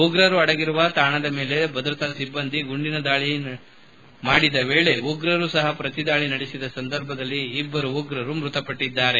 ಉಗ್ರರು ಅಡಗಿರುವ ತಾಣದ ಮೇಲೆ ಭದ್ರತಾ ಸಿಬ್ಲಂದಿ ಗುಂಡಿನ ದಾಳಿ ಮಾಡಿದ ವೇಳೆ ಉಗ್ರರು ಸಹ ಪ್ರತಿ ದಾಳಿ ನಡೆಸಿದ ಸಂದರ್ಭದಲ್ಲಿ ಓರ್ವ ಉಗ್ರ ಮೃತಪಟ್ಟದ್ದಾನೆ